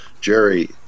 Jerry